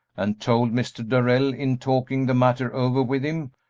and told mr. darrell in talking the matter over with him,